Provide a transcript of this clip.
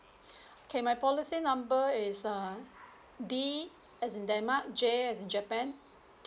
okay my policy number is uh D as in denmark J as in japan